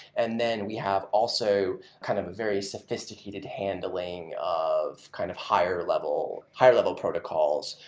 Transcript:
and then we have also kind of very sophisticated handling of kind of higher level higher level protocols,